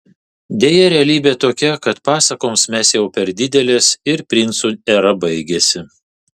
deja realybė tokia kad pasakoms mes jau per didelės ir princų era baigėsi